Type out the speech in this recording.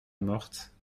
morte